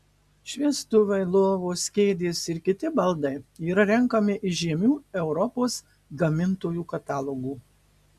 šviestuvai lovos kėdės ir kiti baldai yra renkami iš žymių europos gamintojų katalogų